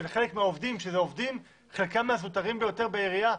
חלק מהעובדים חלקם מהזוטרים ביותר בעירייה.